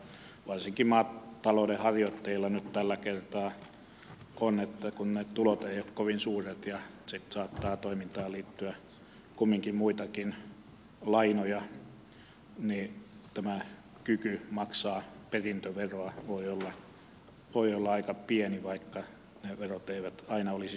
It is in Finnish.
varsinkin maatalouden harjoittajilla nyt tällä kertaa on niin että kun ne tulot eivät ole kovin suuret ja sitten saattaa toimintaan liittyä kumminkin muitakin lainoja niin tämä kyky maksaa perintöveroa voi olla aika pieni vaikka ne verot eivät aina olisi suuria